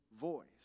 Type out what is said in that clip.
voice